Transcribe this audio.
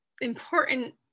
important